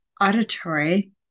auditory